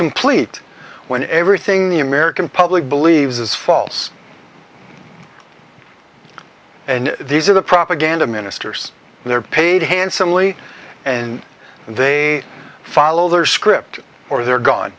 complete when everything the american public believes is false and these are the propaganda ministers and they're paid handsomely and they follow their script or they're gone